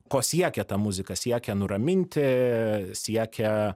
ko siekia ta muzika siekia nuraminti siekia